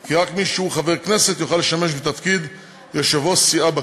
כי רק מי שהוא חבר כנסת יוכל לשמש בתפקיד יושב-ראש סיעה בכנסת.